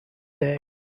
day